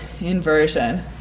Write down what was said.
inversion